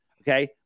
Okay